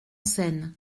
scène